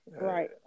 right